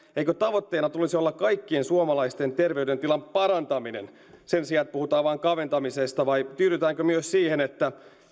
eikö tavoitteena tulisi olla kaikkien suomalaisten terveydentilan parantaminen sen sijaan että puhutaan vain kaventamisesta vai tyydytäänkö myös siihen että